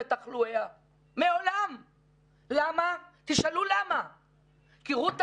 אנחנו נמצאים בתקופה שאמורה להיות תקופה של יציאה מהסגר והקלה